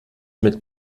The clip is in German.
mit